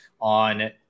on